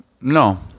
no